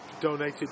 donated